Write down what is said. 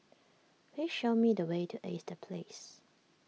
please show me the way to Ace the Place